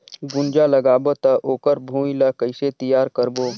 गुनजा लगाबो ता ओकर भुईं ला कइसे तियार करबो?